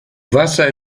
wasser